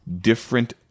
different